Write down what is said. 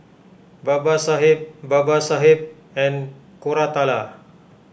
Babasaheb Babasaheb and Koratala